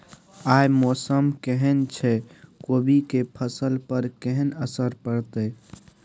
आय मौसम केहन छै कोबी के फसल पर केहन असर परतै?